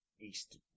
east